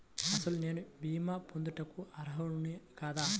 అసలు నేను భీమా పొందుటకు అర్హుడన కాదా?